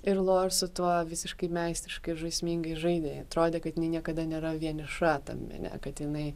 ir lor su tuo visiškai meistriškai ir žaismingai žaidė jai atrodė kad niekada nėra vieniša tam mene kad jinai